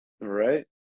right